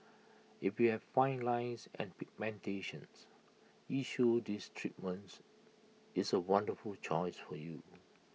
if you have fine lines or pigmentation issues this treatment is A wonderful choice for you